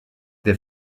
des